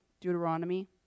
Deuteronomy